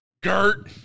Gert